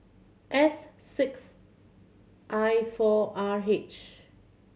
S six I four R H